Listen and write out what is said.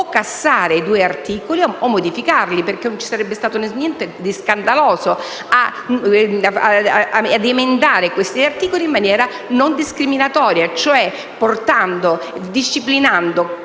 cassare i due articoli o modificarli. Non ci sarebbe stato niente di scandaloso ad emendare questi articoli in maniera non discriminatoria, cioè disciplinando